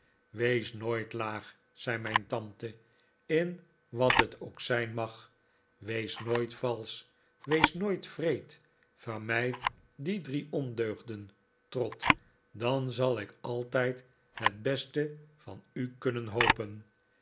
wees nooit laag zei mijn tante in wat het ook zijn mag wees nooit valsch wees nooit wreed vermijd die drie ondeugden trot dan zal ik altijd het beste doctor strong van u kunnen hopen